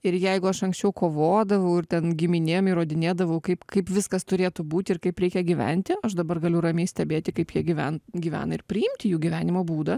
ir jeigu aš anksčiau kovodavau ir ten giminėm įrodinėdavau kaip kaip viskas turėtų būti ir kaip reikia gyventi aš dabar galiu ramiai stebėti kaip jie gyven gyvena ir priimti jų gyvenimo būdą